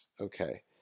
Okay